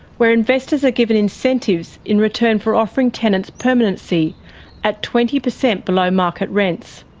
where investors are given incentives in return for offering tenants permanency at twenty percent below market rents.